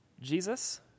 Jesus